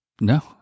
No